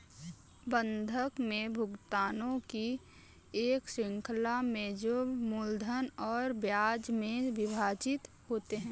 बंधक में भुगतानों की एक श्रृंखला में जो मूलधन और ब्याज में विभाजित होते है